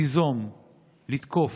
ליזום, לתקוף,